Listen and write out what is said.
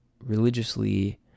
religiously